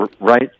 right